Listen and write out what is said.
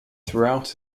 throughout